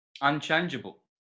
unchangeable